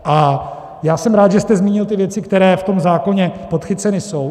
A já jsem rád, že jste zmínil ty věci, které v tom zákoně podchycené jsou.